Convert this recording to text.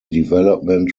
development